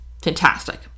Fantastic